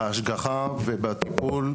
בהשגחה ובטיפול,